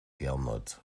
gernot